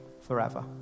forever